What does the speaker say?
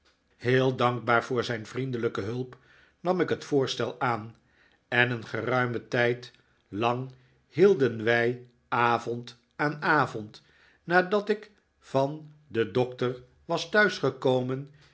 heel dankbaar voor zijn vriendelijke hulp nam ik het voorstel aan en een geruimen tijd lang hielden wij avond aan avond nadat ik van den doctor was